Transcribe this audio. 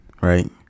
right